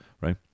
right